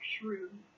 shrewd